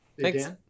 Thanks